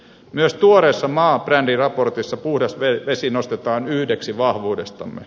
myös tuoreessa maabrändiraportissa puhdas vesi nostetaan yhdeksi vahvuudestamme